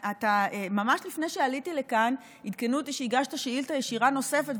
ממש לפני שעליתי לכאן עדכנו אותי שהגשת שאילתה ישירה נוספת,